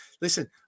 listen